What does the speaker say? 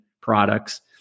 products